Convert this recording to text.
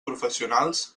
professionals